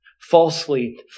falsely